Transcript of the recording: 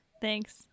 Thanks